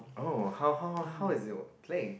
oh how how how is it work played